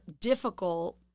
difficult